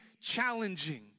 challenging